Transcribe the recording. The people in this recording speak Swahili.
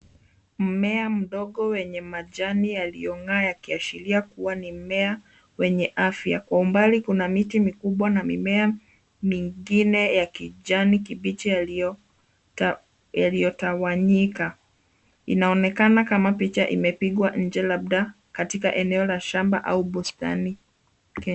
Mmea mdogo wenye majani yaliyongaa yakiashiria kuwa ni mmea wenye afya .Kwa umbali kuna miti mikubwa na mimea mingine ya kijani kibichi yaliyotawanyika. Inaonekana kama picha imepigwa nje labda katika eneo la shamba au bustani.